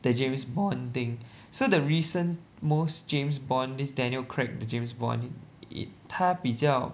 the James Bond thing so the reason most James Bond this Daniel Craig the James Bond it 他比较